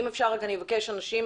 אם אפשר רק אני אבקש אנשים